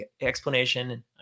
explanation